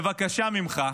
בבקשה ממך,